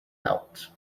out